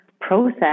process